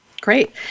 Great